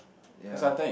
ya